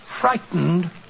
frightened